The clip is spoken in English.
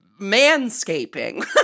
Manscaping